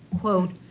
quote,